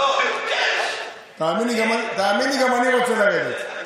תאמין לי, גם אני רוצה ללכת.